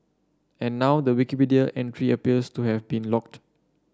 and now the Wikipedia entry appears to have been locked